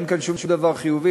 אין כאן שום דבר חיובי,